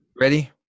Ready